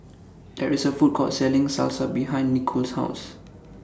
There IS A Food Court Selling Salsa behind Nichole's House